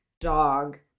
dog